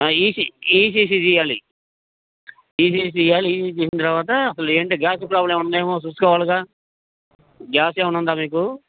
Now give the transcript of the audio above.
EC ECC చెయ్యాలి ECC ఇయాలి ECC చేసిన తర్వాత అసలు ఏంటి గ్యాస్ ప్రాబ్లం ఉందేమో చూసుకోవాలిగా గ్యాసే ఉన్నదా మీకు